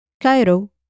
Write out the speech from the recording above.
Cairo